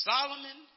Solomon